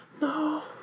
No